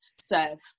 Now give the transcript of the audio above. serve